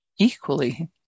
equally